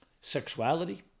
sexuality